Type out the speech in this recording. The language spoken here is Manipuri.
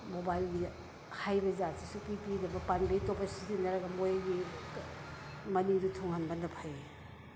ꯃꯣꯕꯥꯏꯜꯒꯤ ꯍꯥꯏꯕ ꯖꯥꯠꯁꯤ ꯁꯨꯛꯄꯤ ꯄꯤꯗꯕ ꯄꯥꯝꯕꯩ ꯑꯇꯣꯞꯄ ꯁꯤꯖꯤꯟꯅꯔꯒ ꯃꯣꯏꯒꯤ ꯃꯅꯤꯡꯗꯨ ꯊꯨꯡꯍꯟꯕꯅ ꯐꯩ